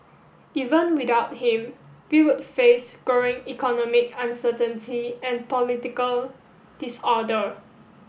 even without him we would face growing economic uncertainty and political disorder